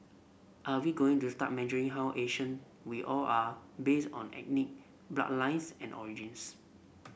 are we going to start measuring how Asian we all are based on ethnic bloodlines and origins